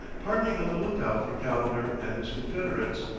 partly on the lookout for calendar and his confederates.